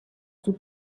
sous